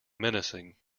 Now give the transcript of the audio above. menacing